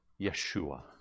Yeshua